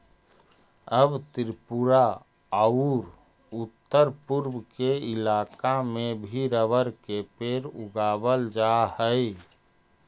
अब त्रिपुरा औउर उत्तरपूर्व के इलाका में भी रबर के पेड़ उगावल जा हई